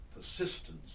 persistence